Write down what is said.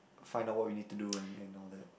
find out what we need to do and and all that